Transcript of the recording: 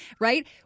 Right